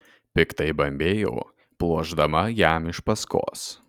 piktai bambėjau pluošdama jam iš paskos